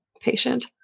patient